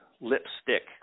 lipstick